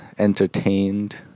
Entertained